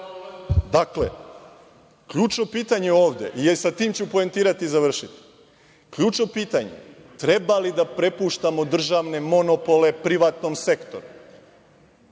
čast. Dakle, ključno pitanje ovde i sa tim ću poentirati i završiti, treba li da prepuštamo državne monopole privatnom sektoru?